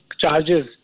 charges